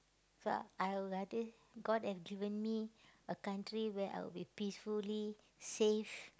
so I'll rather god had given me a country where I will be peacefully safe